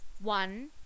one